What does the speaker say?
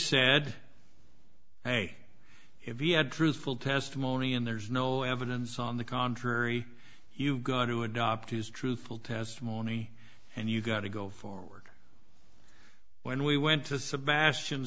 said hey if he had truthful testimony and there's no evidence on the contrary you got to adopt his truthful testimony and you got to go forward when we went to sebastian